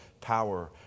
power